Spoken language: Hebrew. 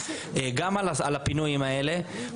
גם על הפינויים האלה,